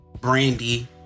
Brandy